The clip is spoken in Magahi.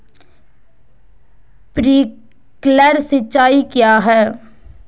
प्रिंक्लर सिंचाई क्या है?